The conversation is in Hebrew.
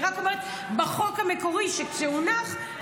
אני רק אומרת שבחוק המקורי שהונח,